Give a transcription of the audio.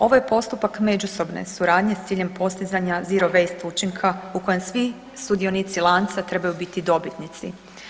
Ovaj postupak međusobne suradnje s ciljem postizanja zero waste učinka u kojem svi sudionici lanca trebaju biti dobitnici.